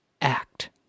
Act